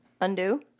undo